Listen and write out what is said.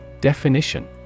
Definition